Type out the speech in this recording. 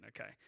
okay